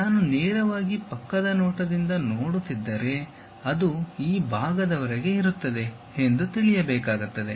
ನಾನು ನೇರವಾಗಿ ಪಕ್ಕದ ನೋಟದಿಂದ ನೋಡುತ್ತಿದ್ದರೆ ಅದು ಈ ಭಾಗದವರೆಗೆ ಇರುತ್ತದೆ ಎಂದು ತಿಳಿಯಬೇಕಾಗುತ್ತದೆ